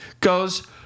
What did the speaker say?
goes